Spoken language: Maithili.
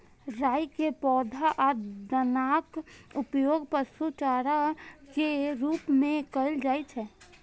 राइ के पौधा आ दानाक उपयोग पशु चारा के रूप मे कैल जाइ छै